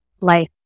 life